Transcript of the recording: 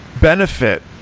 benefit